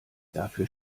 dafür